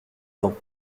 dents